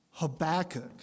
Habakkuk